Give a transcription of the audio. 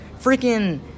freaking